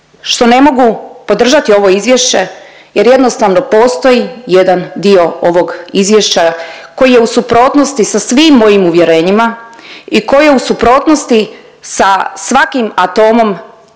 što ne mogu podržati ovo izvješće jer jednostavno postoji jedan dio ovog izvješća koji je u suprotnosti sa svim mojom uvjerenjima i koji je u suprotnosti sa svakim atomom